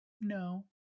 No